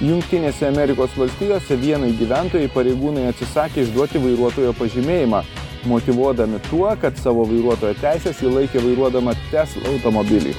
jungtinėse amerikos valstijose vienai gyventojai pareigūnai atsisakė išduoti vairuotojo pažymėjimą motyvuodami tuo kad savo vairuotojo teises ji laikė vairuodama tesla automobilį